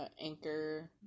Anchor